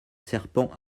serpents